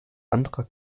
anderer